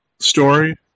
story